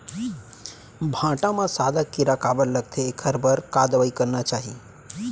भांटा म सादा कीरा काबर लगथे एखर बर का दवई करना चाही?